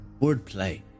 wordplay